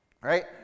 right